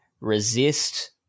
resist